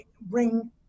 bring